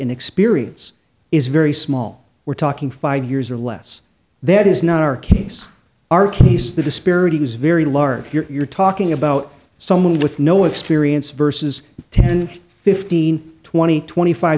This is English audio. in experience is very small we're talking five years or less that is not our case our case the disparity was very large if you're talking about someone with no experience versus ten fifteen twenty twenty five